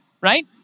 right